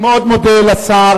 אני מאוד מודה לשר.